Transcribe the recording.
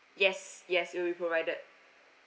yes yes will be provided